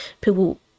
people